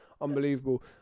unbelievable